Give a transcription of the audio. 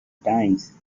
times